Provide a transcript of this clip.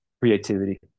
creativity